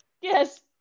yes